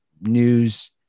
news